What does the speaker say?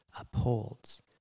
upholds